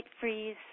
freeze